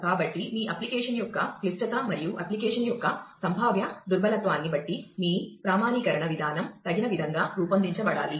కాబట్టి మీ అప్లికేషన్ యొక్క క్లిష్టత మరియు అప్లికేషన్ యొక్క సంభావ్య దుర్బలత్వాన్ని బట్టి మీ ప్రామాణీకరణ విధానం తగిన విధంగా రూపొందించబడాలి